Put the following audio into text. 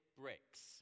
bricks